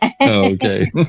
Okay